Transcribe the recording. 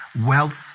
wealth